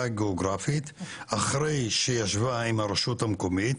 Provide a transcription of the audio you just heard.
הגיאוגרפית אחרי שישבה עם הרשות המקומית,